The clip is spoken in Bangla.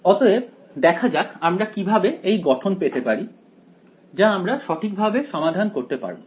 অতএব দেখা যাক আমরা কিভাবে এই গঠন পেতে পারি যা আমরা সঠিকভাবে সমাধান করতে পারব